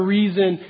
reason